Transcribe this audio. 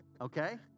Okay